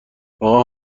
واقعا